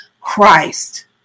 Christ